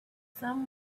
some